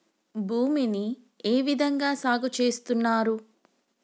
భూమిని ఏ విధంగా సాగు చేస్తున్నారు?